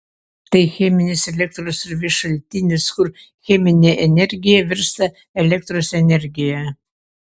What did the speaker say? tai cheminis elektros srovės šaltinis kur cheminė energija virsta elektros energija